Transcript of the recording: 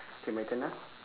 okay my turn ah